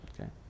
Okay